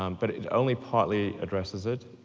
um but it only partly addresses it,